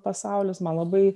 pasaulis man labai